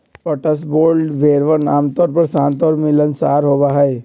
Cotswold भेड़वन आमतौर पर शांत और मिलनसार होबा हई